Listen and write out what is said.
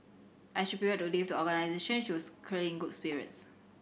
as she prepared to leave the organisation she was clearly in good spirits